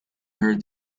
heard